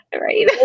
right